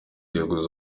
yaguze